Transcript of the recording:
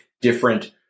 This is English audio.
different